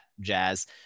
jazz